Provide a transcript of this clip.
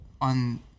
on